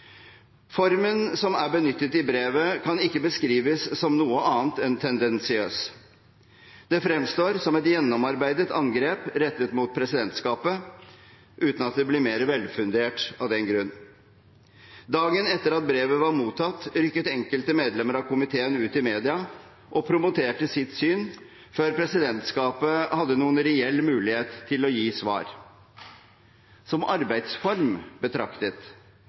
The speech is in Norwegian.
Formen som er benyttet i brevet, kan ikke beskrives som noe annet enn tendensiøs. Det fremstår som et gjennomarbeidet angrep rettet mot presidentskapet – uten at det blir mer velfundert av den grunn. Dagen etter at brevet var mottatt, rykket enkelte medlemmer av komiteen ut i media og promoterte sitt syn før presidentskapet hadde noen reell mulighet til å gi svar. Som arbeidsform betraktet